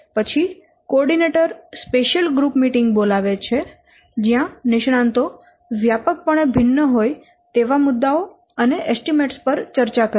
પછી coordinator special group meeting બોલાવે છે જયાં નિષ્ણાંતો વ્યાપકપણે ભિન્ન હોય તેવા મુદ્દાઓ અને એસ્ટીમેટ્સ પર ચર્ચા કરે છે